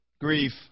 Grief